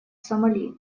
сомали